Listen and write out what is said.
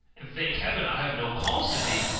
and, thank heaven, i have no cause to be,